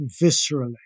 viscerally